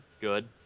good